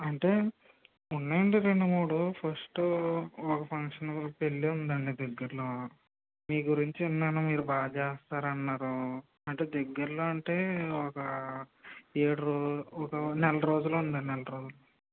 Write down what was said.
అంటే ఉన్నాయి అండి రెండు మూడు ఫస్టు ఒక ఫంక్షన్ పెళ్ళి ఉందండి దగ్గరలో మీ గురించి విన్నాను మీరు బాగా చేస్తారన్నారు అంటే దగ్గరలో అంటే ఒక ఏడు రో ఒక నెల రోజులు ఉంది నెల రోజులు